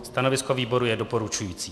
Stanovisko výboru je doporučující.